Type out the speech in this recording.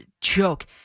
joke